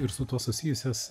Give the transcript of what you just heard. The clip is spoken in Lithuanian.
ir su tuo susijusias